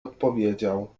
odpowiedział